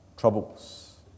troubles